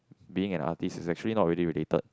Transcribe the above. being an artist is actually not really related